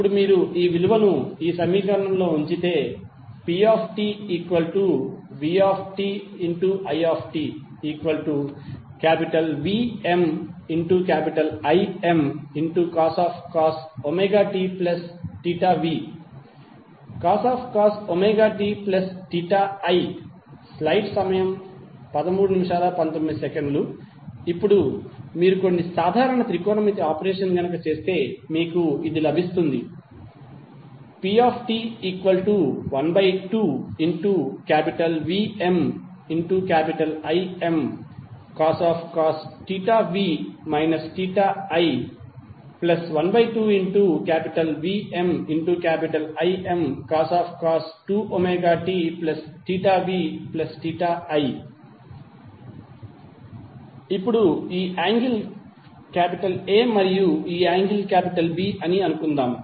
ఇప్పుడు మీరు ఈ విలువను సమీకరణంలో ఉంచితే ptvtitVmImcos tv cos ti ఇప్పుడు మీరు కొన్ని సాధారణ త్రికోణమితి ఆపరేషన్ చేస్తే మీకు ఇది లభిస్తుంది pt12VmImcos v i 12VmImcos 2tvi ఇప్పుడు ఈ యాంగిల్ A మరియు ఈ యాంగిల్ B అని అనుకుందాం